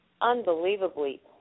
unbelievably